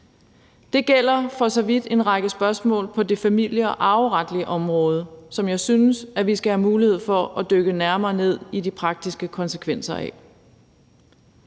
Det gælder for så vidt en række spørgsmål på det familie- og arveretlige område, som jeg synes vi skal have mulighed for at dykke nærmere ned i de praktiske konsekvenser af.